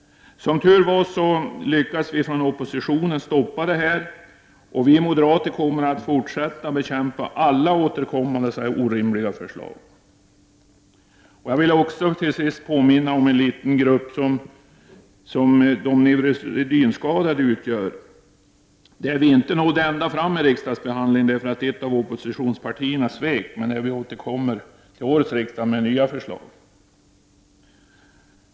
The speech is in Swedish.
Som tur var, lyckades vi från oppositionen stoppa detta, och vi moderater kommer att fortsätta att bekämpa alla sådana orimliga förslag som kan återkomma. Till sist vill jag påminna om en liten grupp: de neurosedynskadade. Där nådde vi tyvärr inte ända fram i riksdagsbehandlingen, därför att ett av oppositionspartierna svek, men vi återkommer till årets riksdag med nya förslag.